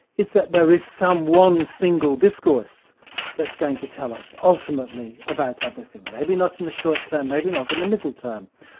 is that there is some one single discourse that's going to tell us ultimately about everything maybe not in the short term, maybe not in the middle term,